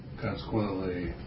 Consequently